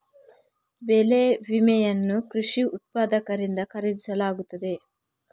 ಬೆಳೆ ವಿಮೆಯನ್ನು ಕೃಷಿ ಉತ್ಪಾದಕರಿಂದ ಖರೀದಿಸಲಾಗುತ್ತದೆ